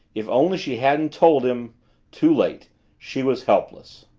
if only she hadn't told him too late she was helpless.